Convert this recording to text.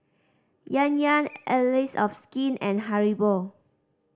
Yan Yan Allies of Skin and Haribo